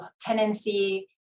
tenancy